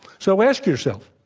so, ask yourself,